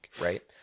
right